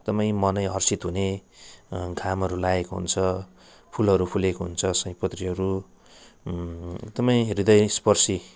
एकदमै मनै हर्षित हुने घामहरू लागेको हुन्छ फुलहरू फुलेको हुन्छ सयपत्रीहरू एकदमै हृदयस्पर्शी